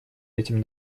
этим